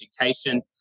education